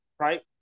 Right